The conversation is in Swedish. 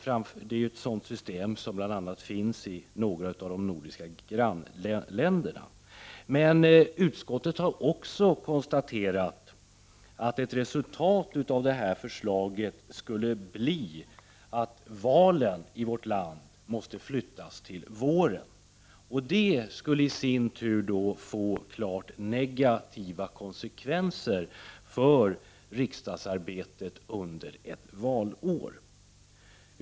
Ett sådant system finns i bl.a. några av våra nordiska grannländer. Men utskottet har också konstaterat att ett resultat av detta förslag skulle bli att valen i vårt land måste flyttas till våren. Detta skulle i sin tur få klart negativa konsekvenser för riksdagsarbetet under ett valår.